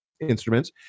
instruments